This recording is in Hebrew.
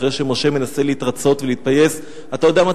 אחרי שמשה מנסה להתרצות ולהתפייס: אתה יודע מה,